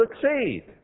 succeed